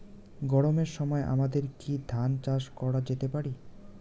গরমের সময় আমাদের কি ধান চাষ করা যেতে পারি?